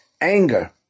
anger